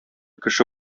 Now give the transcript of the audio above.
кеше